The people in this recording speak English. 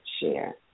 share